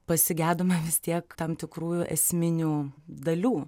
pasigedome vis tiek tam tikrų esminių dalių